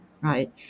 right